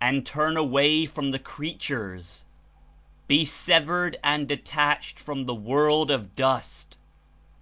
and turn away from the creatures be severed and detached from the world of dust